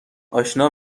آشنا